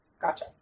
Gotcha